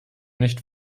nicht